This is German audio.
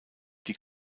die